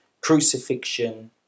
crucifixion